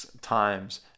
times